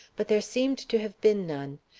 but there seemed to have been none.